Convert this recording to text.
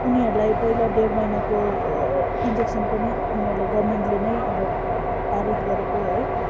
उनीहरूलाई पहिला ढेड महिनाको इन्जेक्सन पनि उनीहरूले गर्मेन्टले नै अब पारित गरेको है